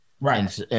Right